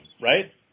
right